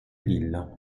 lilla